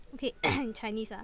okay in Chinese ah